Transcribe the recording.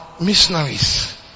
missionaries